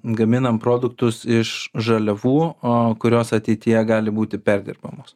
gaminam produktus iš žaliavų o kurios ateityje gali būti perdirbamos